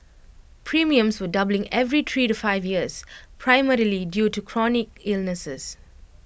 premiums were doubling every three to five years primarily due to chronic illnesses